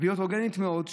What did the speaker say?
והיא הטרוגנית מאוד,